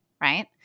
right